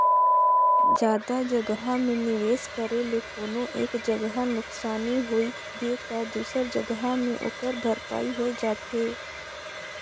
जादा जगहा में निवेस करे ले कोनो एक जगहा नुकसानी होइ गे ता दूसर जगहा में ओकर भरपाई होए जाथे